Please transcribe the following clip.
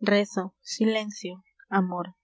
rezo silencio amor